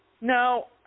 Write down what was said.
No